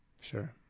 Sure